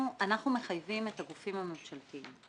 אנחנו מחייבים את הגופים הממשלתיים.